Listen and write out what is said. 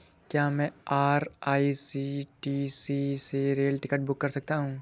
क्या मैं आई.आर.सी.टी.सी से रेल टिकट बुक कर सकता हूँ?